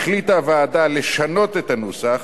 החליטה הוועדה לשנות את הנוסח